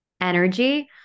energy